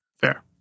Fair